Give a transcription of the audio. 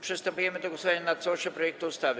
Przystępujemy do głosowania nad całością projektu ustawy.